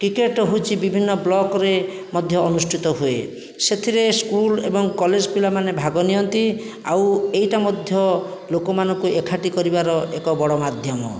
cricket ହେଉଛି ବିଭିନ୍ନ ବ୍ଲକରେ ମଧ୍ୟ ଅନୁଷ୍ଠିତ ହୁଏ ସେଥିରେ ସ୍କୁଲ ଏବଂ କଲେଜ ପିଲାମାନେ ଭାଗ ନିଅନ୍ତି ଆଉ ଏଇଟା ମଧ୍ୟ ଲୋକମାନଙ୍କୁ ଏକାଠି କରିବାର ଏକ ବଡ଼ ମାଧ୍ୟମ